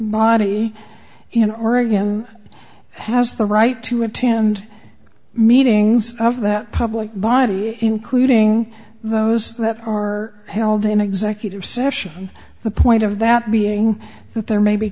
body in oregon has the right to attend meetings of that public body including those that are held in executive session the point of that being that there may be